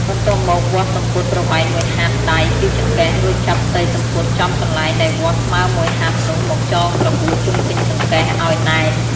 បន្ទាប់មកវាស់សំពត់ប្រវែងមួយហាត់ដៃពីចង្កេះរួចចាប់ផ្ទៃសំពត់ចំកន្លែងដែលវាស់ស្មើមួយហាត់នោះមកចងក្របួចជុំវិញចង្កេះឲ្យណែន។